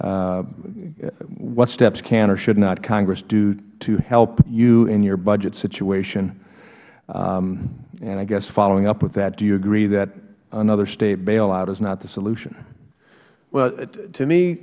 what steps can or should not congress do to help you in your budget situation and i guess following up with that do you agree that another state bailout is not the solution